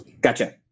Gotcha